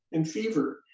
and fever,